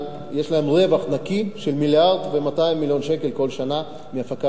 יש להם רווח נקי של מיליארד ו-200 מיליון שקל כל שנה מהפקת האשלג.